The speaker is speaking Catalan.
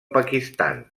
pakistan